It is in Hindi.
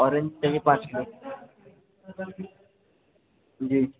ऑरेंज चाहिए पाँच किलो जी